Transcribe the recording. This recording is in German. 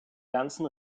ganzen